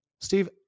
Steve